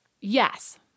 yes